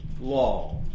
law